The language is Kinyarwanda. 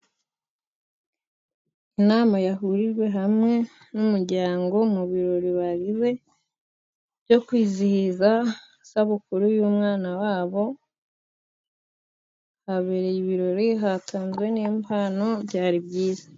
Inama yahurijwe hamwe n'umuryango mu birori bagize byo kwizihiza isabukuru y'umwana wabo. Habereye ibirori hatanzwe n'impano byari byiza.